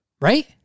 Right